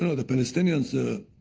ah the palestinians